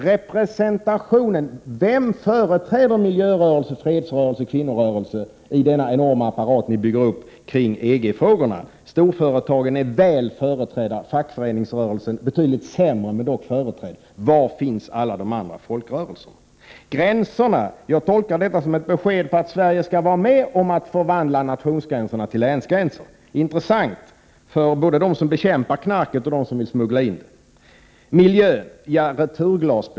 Representationen: Vem företräder miljörörelse, fredsrörelse, kvinnorörelse i den enorma apparat som ni bygger upp kring EG-frågorna? Storföretagen är väl företrädda. Fackföreningsrörelsen är betydligt sämre företrädd, men dock företrädd. Var finns alla de andra folkrörelserna? Gränserna: Jag tolkar statsrådets uttalande som att Sverige skall vara med om att förvandla nationsgränserna till länsgränser. Det är intressant för både dem som bekämpar knarket och för dem som vill smuggla in det.